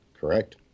Correct